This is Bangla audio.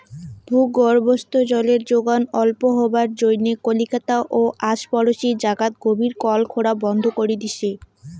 ভূগর্ভস্থ জলের যোগন অল্প হবার জইন্যে কলিকাতা ও আশপরশী জাগাত গভীর কল খোরা বন্ধ করি দিচে